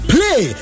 Play